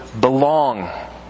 belong